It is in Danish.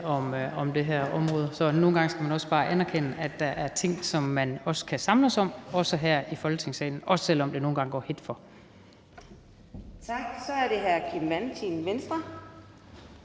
om det her område. Så nogle gange skal man også bare anerkende, at der er ting, som man kan samles om her i Folketingssalen, også selv om det nogle gange går hedt for sig. Kl. 14:44 Fjerde næstformand